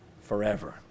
forever